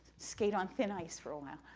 skate on thin ice for awhile.